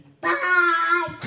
Bye